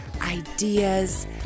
ideas